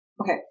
Okay